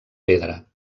pedra